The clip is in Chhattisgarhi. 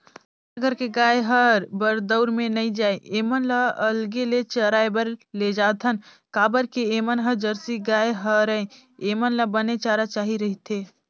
हमर घर के गाय हर बरदउर में नइ जाये ऐमन ल अलगे ले चराए बर लेजाथन काबर के ऐमन ह जरसी गाय हरय ऐेमन ल बने चारा चाही रहिथे